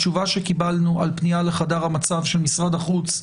התשובה שקיבלנו על פנייה לחדר המצב של משרד החוץ,